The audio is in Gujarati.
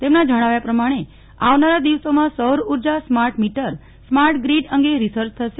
તેમના જણાવ્યા પ્રમાણે આવનારા દિવસોમાં સૌરઊર્જા સ્માર્ટ મીટર સ્માર્ટ ગ્રીડ અંગે રિસર્ચ થશે